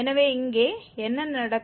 எனவே இங்கே என்ன நடக்கும்